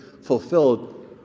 fulfilled